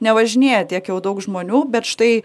nevažinėja tiek jau daug žmonių bet štai